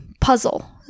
puzzle